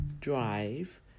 Drive